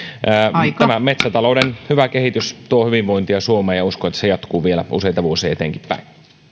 metsätalouden hyvä kehitys tuo hyvinvointia suomeen ja uskon että se jatkuu vielä useita vuosia eteenkinpäin